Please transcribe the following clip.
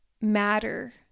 matter